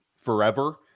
forever